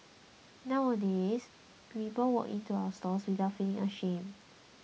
nowadays people walk in to our stores without feeling ashamed